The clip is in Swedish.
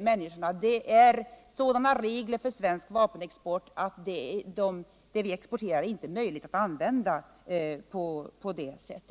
människorna. Sådana regler gäller för svensk vapenexport att det inte är möjligt att använda vapnen på det sättet.